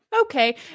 Okay